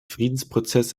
friedensprozess